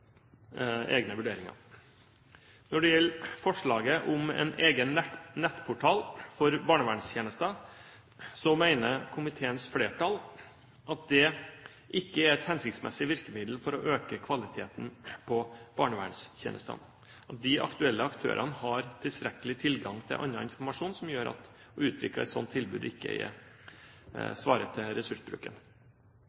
egne vurderinger. Når det gjelder forslaget om en egen nettportal for barnevernstjenester, mener komiteens flertall at det ikke er et hensiktsmessig virkemiddel for å øke kvaliteten på barnevernstjenestene. De aktuelle aktørene har tilstrekkelig tilgang til annen informasjon, som gjør at å utvikle et slikt tilbud ikke